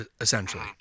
essentially